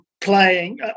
playing